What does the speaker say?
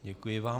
Děkuji vám.